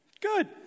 Good